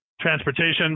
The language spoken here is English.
transportation